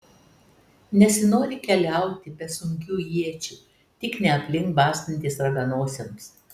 nesinori keliauti be sunkių iečių tik ne aplink bastantis raganosiams